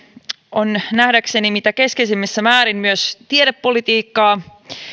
ovat nähdäkseni mitä keskeisimmässä määrin myös tiedepolitiikkaa